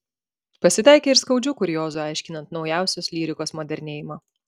pasitaikė ir skaudžių kuriozų aiškinant naujausios lyrikos modernėjimą